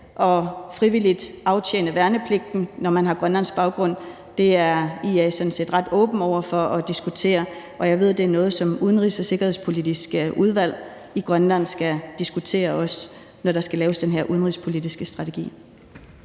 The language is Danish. let frivilligt at aftjene værnepligten, når man har grønlandsk baggrund, er IA sådan set ret åbne over for at diskutere. Og jeg ved, det er noget, som Udenrigs- og Sikkerhedspolitisk Udvalg i Grønland også skal diskutere, når der skal laves den her udenrigspolitiske strategi.